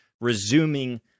resuming